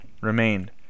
remained